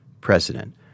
president